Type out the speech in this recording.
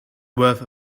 worth